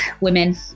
women